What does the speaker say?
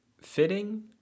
fitting